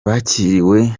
bakiriwe